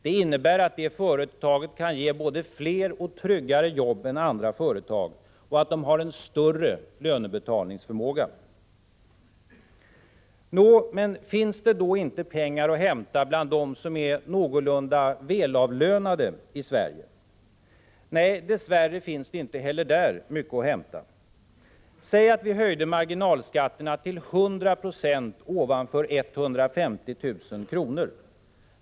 Det innebär att företaget kan ge både fler och tryggare jobb än andra företag och att det har en större lönebetalningsförmåga. Nå, men finns det då inte pengar att hämta bland dem som är någorlunda välavlönade i Sverige? Nej, dess värre finns det inte heller där mycket att hämta. Säg att vi höjde marginalskatten till 100 26 för alla inkomster över 150 000 kr.